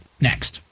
next